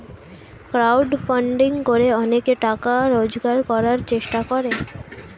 crowd funding করে অনেকে টাকা রোজগার করার চেষ্টা করে